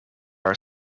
are